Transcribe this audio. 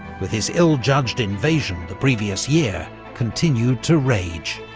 with his ill-judged invasion the previous year, continued to rage.